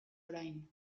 orain